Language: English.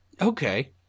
Okay